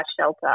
shelter